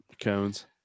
cones